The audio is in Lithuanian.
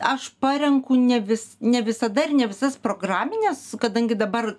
aš parenku ne vis ne visada ir ne visas programines kadangi dabar